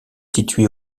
située